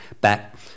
back